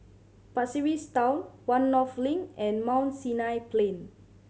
Pasir Ris Town One North Link and Mount Sinai Plain